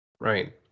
right